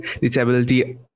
Disability